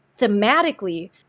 thematically